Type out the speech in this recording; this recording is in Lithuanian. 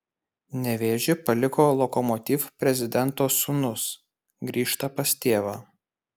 nevėžį paliko lokomotiv prezidento sūnus grįžta pas tėvą